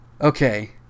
Okay